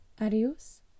Adios